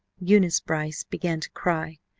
eunice brice began to cry.